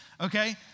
okay